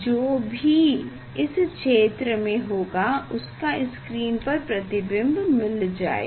जो भी इस क्षेत्र में होगा उसका स्क्रीन पर प्रतिबिंब मिल जाएगा